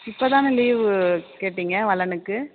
இப்போ தானே லீவு கேட்டீங்க வளனுக்கு